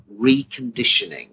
reconditioning